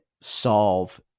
solve